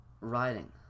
riding